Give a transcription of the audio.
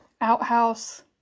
Outhouse